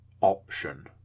option